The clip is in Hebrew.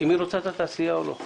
האם היא רוצה את התעשייה או לא.